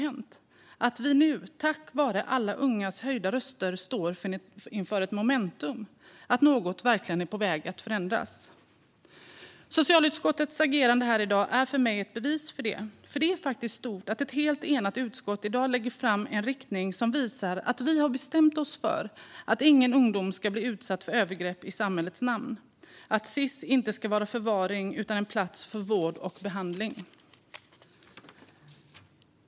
Det handlar om att vi nu, tack vare alla ungas höjda röster, står inför ett momentum och att något verkligen är på väg att förändras. Socialutskottets agerande här i dag är för mig ett bevis för det. Det är faktiskt stort att ett helt enat utskott i dag lägger fram en riktning som visar att vi har bestämt oss för att ingen ungdom ska bli utsatt för övergrepp i samhällets namn, och att Sis-hem inte ska vara förvaring utan en plats för vård och behandling.